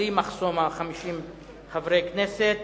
בלי מחסום 50 חברי הכנסת.